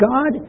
God